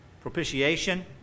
Propitiation